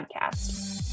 podcast